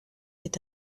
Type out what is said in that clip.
est